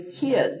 kids